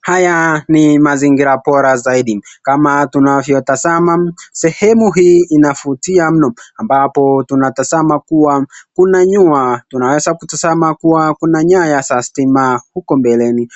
Haya ni mazingira bora zaidi kama tunavyo tasama, sehemu hii inavutia mno ambapo tunatazama kuwa nyayo za stima uko mbeleni